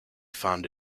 found